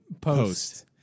post